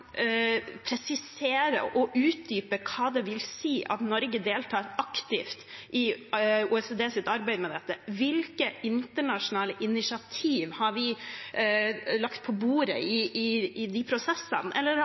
presisere og utdype hva det vil si at Norge deltar aktivt i OECDs arbeid med dette. Hvilke internasjonale initiativ har vi lagt på bordet i de prosessene, eller